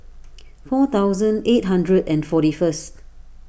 four thousand eight hundred and forty first